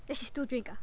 then she still drink ah